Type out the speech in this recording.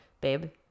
babe